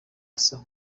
asa